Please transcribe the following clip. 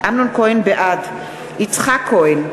בעד יצחק כהן,